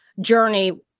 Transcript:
journey